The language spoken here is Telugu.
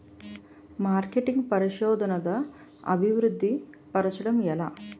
మార్కెటింగ్ పరిశోధనదా అభివృద్ధి పరచడం ఎలా